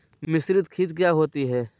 मिसरीत खित काया होती है?